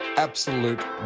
Absolute